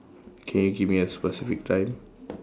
can you give me a specific time